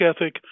ethic